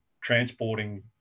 transporting